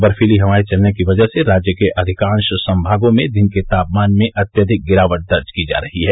बर्फीली हवाएं चलने की वजह से राज्य के अधिकांश संभागों में दिन के तापमान में अत्यधिक गिरावट दर्ज की जा रही है